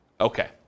Okay